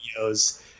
videos